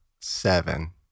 Seven